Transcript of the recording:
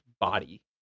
body